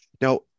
Now